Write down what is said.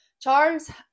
charles